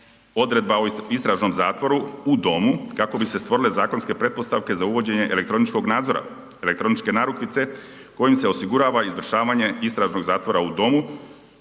odredba o istražnom zatvoru u domu kako bi se stvorile zakonske pretpostavke za uvođenje elektroničkog nadzora, elektroničke narukvice kojom se osigurava izvršavanje istražnog zatvora u domu